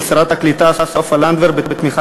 של שרת העלייה והקליטה סופה לנדבר בתמיכת